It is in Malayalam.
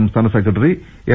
സംസ്ഥാന സെക്രട്ടറി എം